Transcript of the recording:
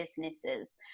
businesses